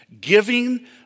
giving